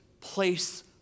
place